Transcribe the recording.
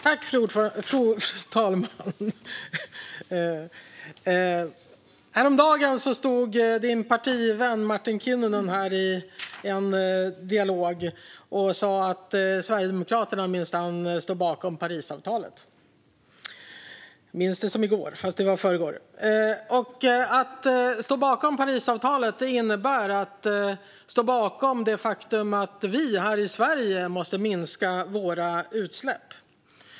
Fru talman! Häromdagen stod Staffan Eklöfs partivän Martin Kinnunen här i en dialog och sa att Sverigedemokraterna minsann står bakom Parisavtalet. Jag minns det som i går fast det var i förrgår. Att stå bakom Parisavtalet innebär att stå bakom det faktum att vi här i Sverige måste minska våra utsläpp.